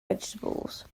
vegetables